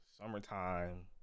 summertime